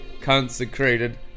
consecrated